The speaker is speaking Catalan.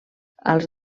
als